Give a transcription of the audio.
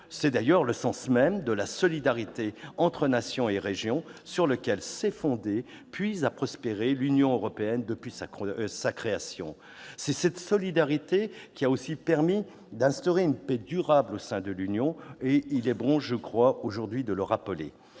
C'est le sens même de la solidarité entre nations et régions sur laquelle s'est fondée, puis a prospéré, l'Union européenne depuis sa création. C'est cette solidarité qui a aussi permis d'instaurer une paix durable au sein de l'Union, et il est bon aujourd'hui, je crois, de le rappeler.